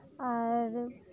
ᱟᱨ